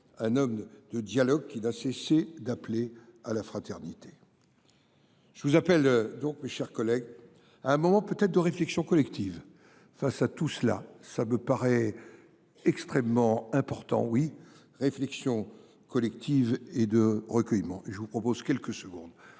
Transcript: un homme de dialogue qui n'a cessé d'appeler à la fraternité. Je vous appelle donc mes chers collègues à un moment peut-être de réflexion collective. Face à tout cela, ça me paraît extrêmement important. Oui, réflexion collective et de recueillement. Je vous propose quelques secondes